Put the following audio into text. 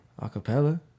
acapella